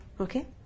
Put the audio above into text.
Okay